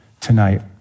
tonight